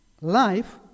life